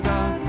God